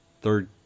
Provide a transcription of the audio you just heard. Third